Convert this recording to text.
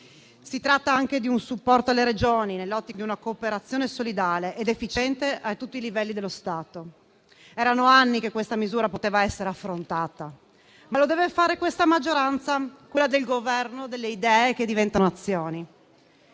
STENOGRAFICO 16 Novembre 2023 nell’ottica di una cooperazione solidale ed efficiente a tutti i livelli dello Stato. Erano anni che questa misura poteva essere affrontata, ma lo deve fare questa maggioranza, quella del Governo delle idee che diventano azioni.